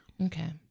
Okay